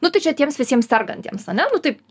nu tai čia tiems visiems sergantiems ane nu taip